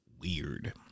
weird